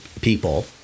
people